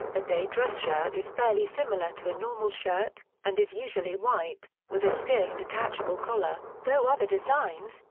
a day dress shirt is fairly similar to a normal shirt, and is usually white, with a stiff detachable collar, though other designs,